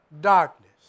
darkness